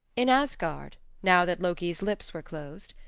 in asgard, now that loki's lips were closed,